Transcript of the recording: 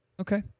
Okay